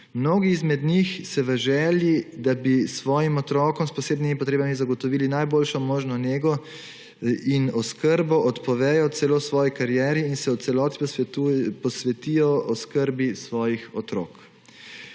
Mnogi izmed njih se v želji, da bi svojim otrokom s posebnimi potrebami zagotovili najboljšo možno nego in oskrbo, odpovejo celo svoji karieri in se v celoti posvetijo oskrbi svojih otrok.